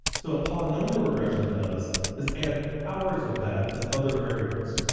so a polynomial regression does is add powers of that as other variables.